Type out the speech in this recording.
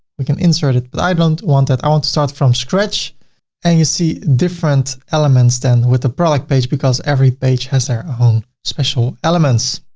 we can insert it, but i don't want that. i want to start from scratch and you see different elements than with a product page because every page has their own special elements.